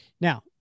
Now